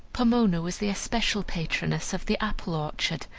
pomona was the especial patroness of the apple-orchard,